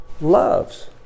loves